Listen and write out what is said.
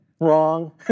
Wrong